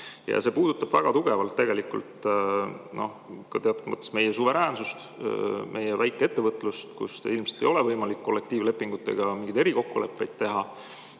See puudutab väga tugevalt teatud mõttes ka meie suveräänsust, meie väikeettevõtlust, kus ilmselt ei ole võimalik kollektiivlepingutega mingeid erikokkuleppeid